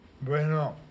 Bueno